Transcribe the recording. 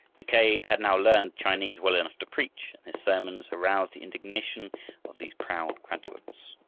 mackay had now learned chinese well enough to preach, and his sermons aroused the indignation of these proud graduates.